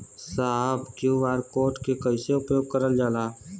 साहब इ QR code के कइसे उपयोग करल जाला?